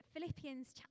Philippians